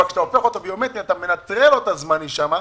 אבל כשאתה הופך אותו לביומטרי אתה מנטרל לו את הדרכון הזמני שם,